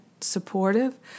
supportive